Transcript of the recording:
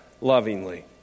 lovingly